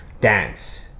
dance